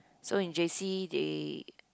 so in J_C they